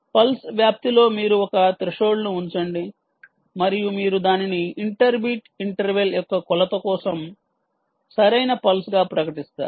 pulse వ్యాప్తిలో మీరు ఒక త్రెషోల్డ్ ఉంచండి మరియు మీరు దానిని ఇంటర్ బీట్ ఇంటర్వెల్ యొక్క కొలత కోసం సరైన పల్స్ గా ప్రకటిస్తారు